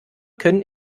können